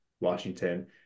Washington